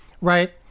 right